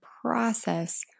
process